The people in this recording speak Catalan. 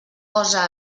cosa